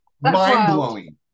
mind-blowing